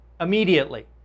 immediately